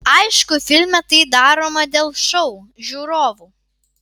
aišku filme tai darome dėl šou žiūrovų